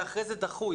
ואחרי זה דחו,